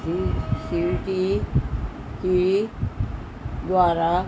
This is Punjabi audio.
ਸੀ ਸੀ ਟੀ ਈ ਦੁਆਰਾ